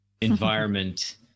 environment